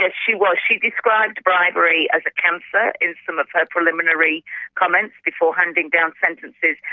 like she was, she described bribery as a cancer in some of her preliminary comments before handing down sentences,